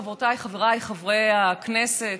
חברותיי וחבריי חברי הכנסת,